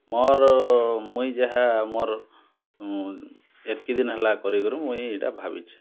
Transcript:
ମୋର୍ ମୁଇଁ ଯାହା ମୋର୍ ଏତ୍କି ଦିନ୍ ହେଲା କରିକିରି ମୁଇଁ ଇଟା ଭାବିିଛେ